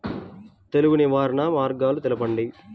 తెగులు నివారణ మార్గాలు తెలపండి?